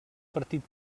partit